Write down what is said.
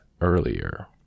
earlier